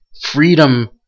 freedom